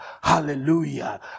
Hallelujah